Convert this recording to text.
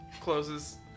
closes